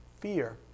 Fear